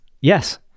Yes